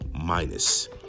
minus